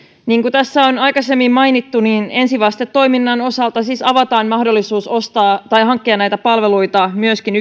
niin kuin tässä on aikaisemmin mainittu ensivastetoiminnan osalta siis avataan mahdollisuus hankkia näitä palveluita myöskin